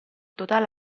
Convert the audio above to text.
totale